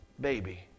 baby